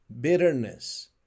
bitterness